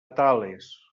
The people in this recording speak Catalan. tales